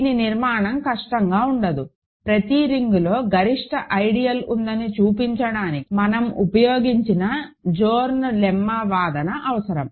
దీని నిర్మాణం కష్టంగా ఉండదు ప్రతి రింగ్లో గరిష్ట ఐడియల్ ఉందని చూపించడానికి మనం ఉపయోగించిన జోర్న్ లెమ్మా వాదన అవసరం